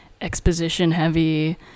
exposition-heavy